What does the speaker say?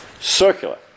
circular